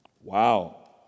Wow